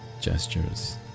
gestures